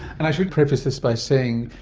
and i should preface this by saying,